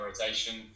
rotation